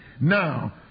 Now